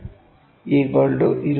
636 0